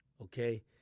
Okay